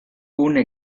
una